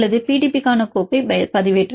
B கோப்பை பதிவேற்றலாம்